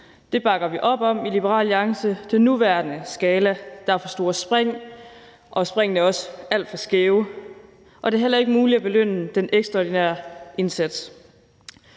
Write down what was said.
Det bakker vi op om i Liberal Alliance. Den nuværende skala har for store spring, og springene er også alt for skæve, og det er heller ikke muligt at belønne den ekstraordinære indsats.